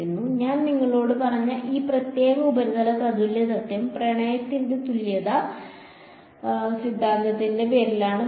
ഞാൻ നിങ്ങളോട് പറഞ്ഞ ഈ പ്രത്യേക ഉപരിതല തുല്യത തത്വം പ്രണയത്തിന്റെ തുല്യത സിദ്ധാന്തത്തിന്റെ പേരിലാണ് പോകുന്നത്